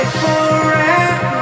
forever